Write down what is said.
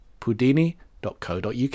Pudini.co.uk